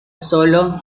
solo